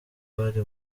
bari